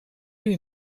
lui